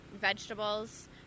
vegetables